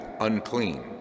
unclean